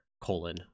colon